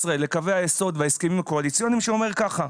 לקווי היסוד וההסכמים הקואליציוניים שאומר ככה: